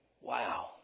Wow